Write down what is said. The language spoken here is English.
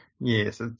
Yes